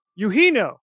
yuhino